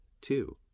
Two